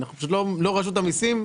אנחנו לא רשות המסים.